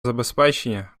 забезпечення